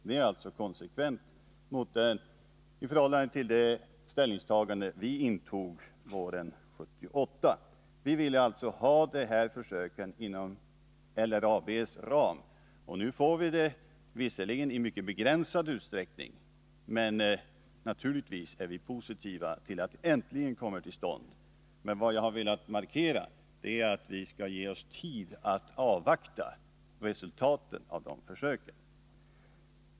Det är alltså konsekvent i förhållande till det ställningstagande vi gjorde våren 1978. Vi ville ha de här försöken inom LRAB:s ram, och nu får vi det. Visserligen sker det i mycket begränsad utsträckning, men naturligtvis är vi positiva till att det äntligen kommer till stånd. Vad jag har velat hävda är emellertid att vi skall ge oss tid att avvakta resultaten.